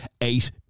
eight